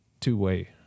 two-way